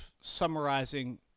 summarizing